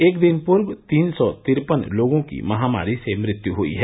एक दिन पूर्व तीन सौ तिरपन लोगों की महामारी से मृत्यु हुयी है